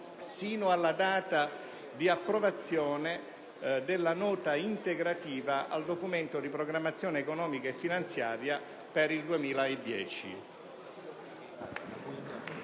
sino alla data di approvazione della Nota di aggiornamento al Documento di programmazione economico- finanziaria per il 2010.